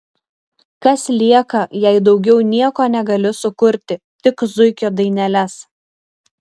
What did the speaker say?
kas lieka jei daugiau nieko negali sukurti tik zuikio daineles